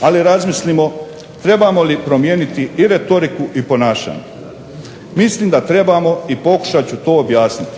ali razmislimo trebamo li promijeniti i retoriku i ponašanje. Mislim da trebamo i pokušat ću to objasniti.